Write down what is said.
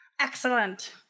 Excellent